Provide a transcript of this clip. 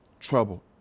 Trouble